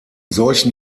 solchen